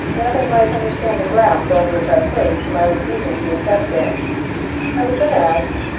that they might understand the grounds on which i placed my refusal to accept it i was then asked,